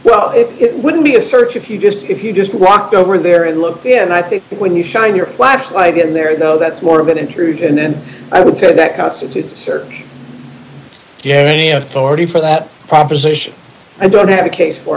well it wouldn't be a search if you just if you just walked over there and looked and i think when you shine your flashlight in there though that's more of an intrusion then i would say that constitutes a search james authority for that proposition and don't have a case for